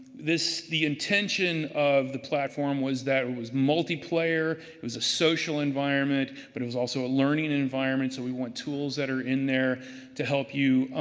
the intention of the platform was that it was multiplayer. it was a social environment. but it was also a learning environment. so, we want tools that are in there to help you